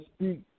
speak